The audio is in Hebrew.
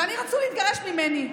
ואני, רצו להתגרש ממני.